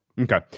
okay